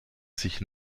sich